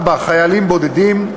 4. חיילים בודדים,